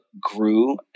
grew